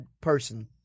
person